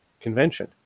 convention